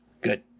Good